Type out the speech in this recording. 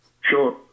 Sure